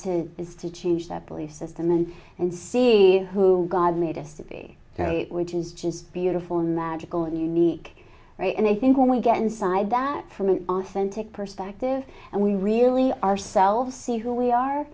to is to change their belief system and and see who god made us to be ok which is just beautiful magical and unique right and i think when we get inside that from an authentic perspective and we really ourselves see who we are